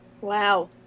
Wow